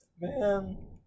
man